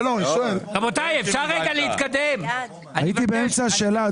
אדוני היושב-ראש, הייתי באמצע השאלה.